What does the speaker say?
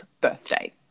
birthday